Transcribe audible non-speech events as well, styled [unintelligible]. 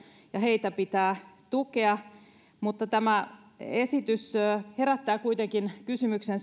ja heitä pitää tukea mutta tämä esitys herättää kuitenkin kysymyksen [unintelligible]